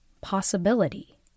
possibility